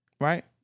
right